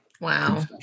Wow